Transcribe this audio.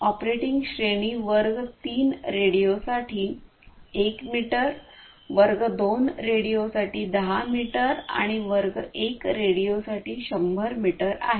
operating श्रेणी वर्ग 3 रेडिओसाठी 1 मीटर वर्ग 2 रेडिओसाठी 10 मीटर आणि वर्ग 1 रेडिओसाठी 100 मीटर आहे